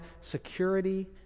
security